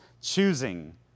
choosing